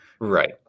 Right